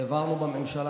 אי-אפשר לנאום מהמקום.